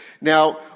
Now